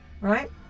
right